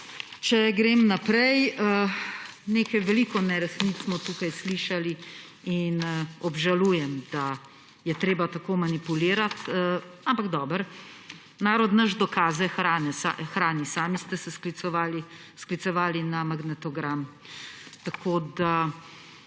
Če grem naprej. Veliko neresnic smo tukaj slišali in obžalujem, da je treba tako manipulirati, ampak dobro, narod naš dokaze hrani, sami ste se sklicevali na magnetogram. Še ena